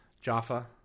Jaffa